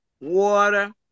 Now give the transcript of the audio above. water